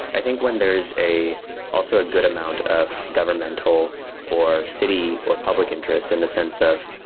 i think when there's a also a good amount of governmental or city or public interest in the sense of